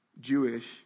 Jewish